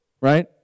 right